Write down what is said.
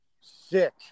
Sick